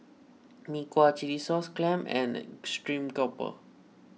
Mee Kuah Chilli Sauce Clams and Stream Grouper